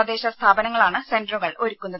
തദ്ദേശ സ്ഥാപനങ്ങളാണ് സെന്ററുകൾ ഒരുക്കുന്നത്